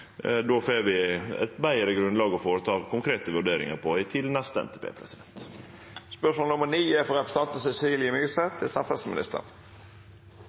Då får vi eit betre grunnlag for å gjere konkrete vurderingar